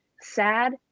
sad